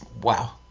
wow